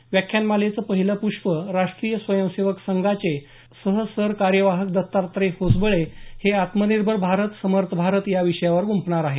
याव्याख्यानमालेचं पहिलं प्ष्प राष्ट्रीय स्वयंसेवक संघाचे सहसरकार्यवाह दत्तात्रय होसबळे हे आत्मनिर्भर भारत समर्थ भारत याविषयावर गुंफणार आहेत